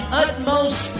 utmost